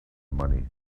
money